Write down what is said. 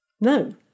No